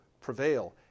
prevail